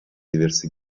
diversi